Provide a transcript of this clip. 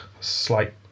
slight